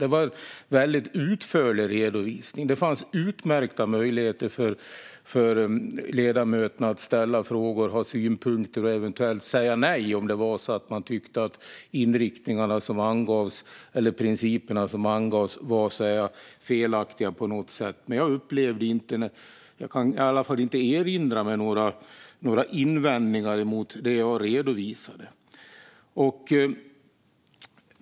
Det var en väldigt utförlig redovisning, och det fanns utmärkta möjligheter för ledamöterna att ställa frågor, ha synpunkter och eventuellt säga nej om man tyckte att principerna som angavs var felaktiga på något sätt. Men jag kan inte erinra mig några invändningar mot det jag redovisade.